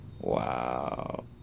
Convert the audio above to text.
Wow